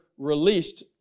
released